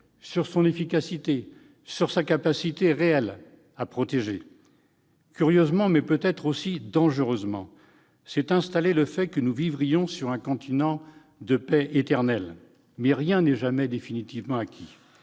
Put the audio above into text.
son efficacité et sa capacité réelle à protéger. Curieusement, et peut-être aussi dangereusement, s'est installée l'idée que nous vivrions sur un continent de paix éternelle. Mais rien n'est jamais définitivement acquis